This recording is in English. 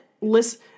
listen